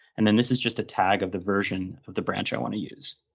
and then this is just a tag of the version of the branch i want to use.